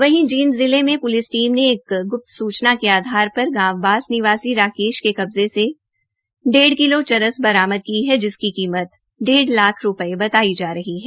वहीं जींद जिले में प्लिस टीम ने एक ग्र्प्त सूचना के आधार पर गांव बास निवासी के कब्जे से डेढ़ किलों चरस बरामद की है जिसकी कीमत डेढ़ लाख रूपये बताई जा रही है